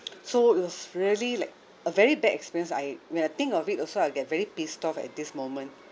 so it was really like a very bad experience I when I think of it also I'll get very pissed off at this moment